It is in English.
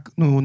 no